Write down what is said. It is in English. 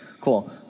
cool